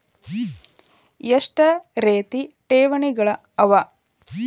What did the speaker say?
ಎಷ್ಟ ರೇತಿ ಠೇವಣಿಗಳ ಅವ?